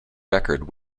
record